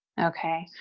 Okay